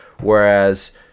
Whereas